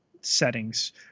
settings